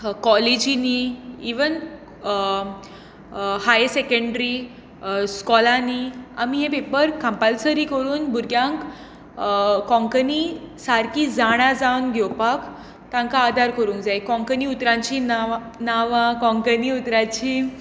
कॉलेजीनी even high secondary स्कूलांनी आमी हे पेपर कंप्लसरी करून भुरग्यांक कोंकणी सारकी जाणां जावन घेवपाक तांका आदार करूंक जाय कोंकणी उतरांची नांवां नांवां कोंकणी उतरांची